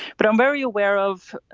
but i'm very aware of.